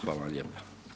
Hvala vam lijepa.